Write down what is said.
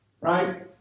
right